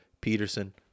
Peterson